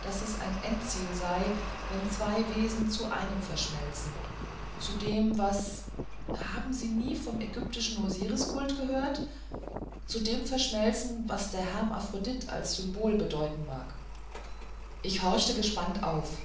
daß es ein endziel sei wenn zwei wesen zu einem verschmelzen zu dem was haben sie nie von dem ägyptischen osiriskult gehört zu dem verschmelzen was der hermaphrodit als symbol bedeuten mag ich horchte gespannt auf